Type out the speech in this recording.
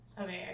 Okay